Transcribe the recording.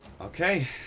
Okay